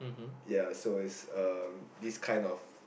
ya so it's this kind of